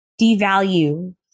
devalue